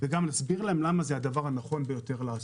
וגם נסביר להם למה זה הדבר הנכון ביותר לעשות.